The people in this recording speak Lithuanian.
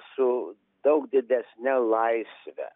su daug didesnę laisvę